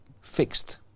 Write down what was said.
fixed